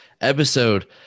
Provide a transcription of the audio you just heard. episode